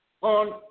on